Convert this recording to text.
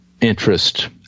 interest